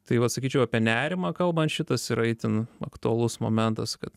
tai va sakyčiau apie nerimą kalbant šitas yra itin aktualus momentas kad